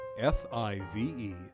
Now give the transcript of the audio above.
F-I-V-E